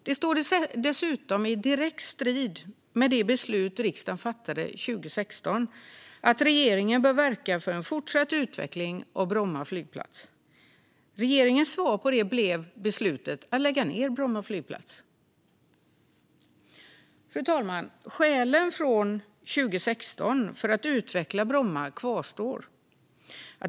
Det står dessutom i direkt strid med det beslut som riksdagen fattade 2016 om att regeringen bör verka för en fortsatt utveckling av Bromma flygplats. Regeringens svar på detta blev beslutet att lägga ned Bromma flygplats. Fru talman! Skälen från 2016 för att utveckla Bromma kvarstår.